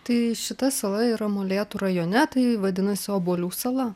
tai šita sala yra molėtų rajone tai vadinasi obuolių sala